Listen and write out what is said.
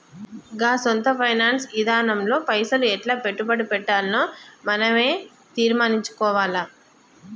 గా సొంత ఫైనాన్స్ ఇదానంలో పైసలు ఎట్లా పెట్టుబడి పెట్టాల్నో మనవే తీర్మనించుకోవాల